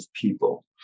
people